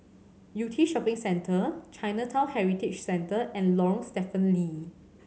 Yew Tee Shopping Centre Chinatown Heritage Centre and Lorong Stephen Lee